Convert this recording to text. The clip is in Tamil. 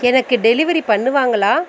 எனக்கு டெலிவரி பண்ணுவாங்களா